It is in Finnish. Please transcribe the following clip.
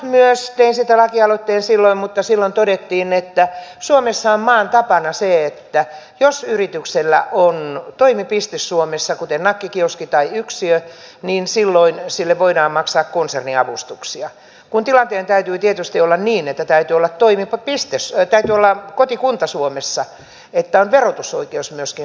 tein siitä lakialoitteen silloin mutta silloin todettiin että suomessa on maan tapana se että jos yrityksellä on toimipiste suomessa kuten nakkikioski tai yksiö niin silloin sille voidaan maksaa konserniavustuksia kun tilanteen täytyy tietysti olla niin että täytyy olla kotikunta suomessa että on verotusoikeus myöskin suomessa